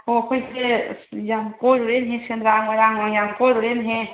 ꯑꯣ ꯑꯩꯈꯣꯏꯁꯦ ꯑꯁ ꯌꯥꯝ ꯀꯣꯏꯔꯨꯔꯦꯅꯦꯍꯦ ꯁꯦꯟꯗ꯭ꯔꯥ ꯃꯣꯏꯔꯥꯡꯒ ꯌꯥꯝ ꯀꯣꯏꯔꯨꯔꯦꯅꯦꯍꯦ